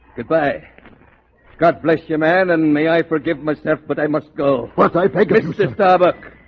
goodbye god bless you, man. and may i forgive myself, but i must go once i beg mr. starbuck